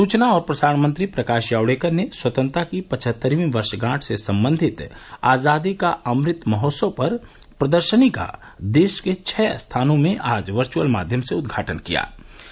सूचना अउर प्रसारण मंत्री प्रकाश जावड़ेकर स्वतंत्रता के पचहत्तरवीं वर्षगांठ से जुड़ल आजादी के अमृत महोत्सव पर परदरसनी क देस के छौ जगहिनि पर आजु वर्चुअल माध्यम से उद्घाटन कइलें